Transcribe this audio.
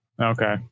Okay